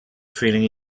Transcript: feeling